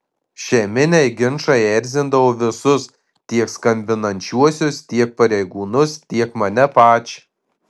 šeiminiai ginčai erzindavo visus tiek skambinančiuosius tiek pareigūnus tiek mane pačią